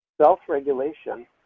self-regulation